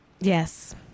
Yes